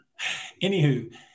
Anywho